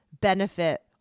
benefit